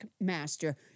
master